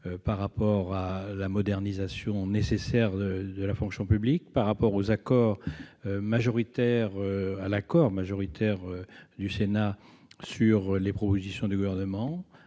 texte pour la modernisation nécessaire de la fonction publique. Je me félicite de l'accord majoritaire du Sénat sur les propositions du Gouvernement.